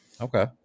Okay